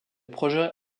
projet